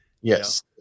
Yes